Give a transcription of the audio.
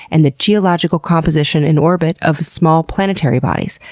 and the geological composition in orbit of small planetary bodies.